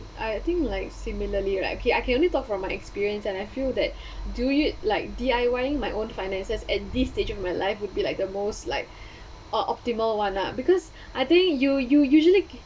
I think like similarly right okay I can only talk from my experience and I feel that do you like D_I_Y my own finances at this stage of my life would be like the most like or optimal one lah because I think you you usually